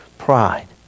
pride